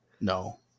No